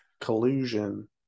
collusion